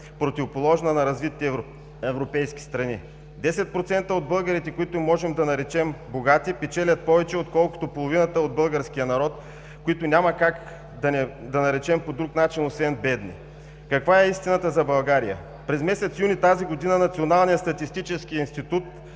противоположна на развитите европейски страни. Десет процента от българите, които можем да наречем богати, печелят повече, отколкото половината от българския народ, които няма как да наречем по друг начин, освен бедни. Каква е истината за България? През месец юни тази година Националният статистически институт